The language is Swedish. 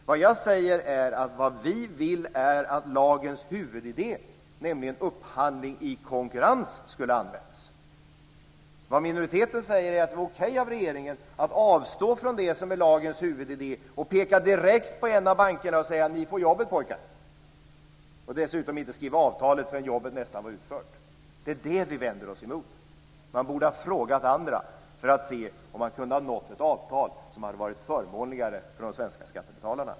Vad jag säger är att vi vill att lagens huvudidé, nämligen upphandling i konkurrens, ska användas. Minoriteten säger att det är okej av regeringen att avstå från det som är lagens huvudidé och peka direkt på en av bankerna och säga: Ni får jobbet pojkar - och dessutom inte skriva avtalet förrän jobbet nästan är utfört. Det är det vi vänder oss emot. Man borde ha frågat andra för att se om man kunde ha nått ett avtal som hade varit förmånligare för de svenska skattebetalarna.